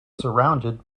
surrounded